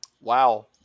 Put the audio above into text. Wow